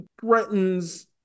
threatens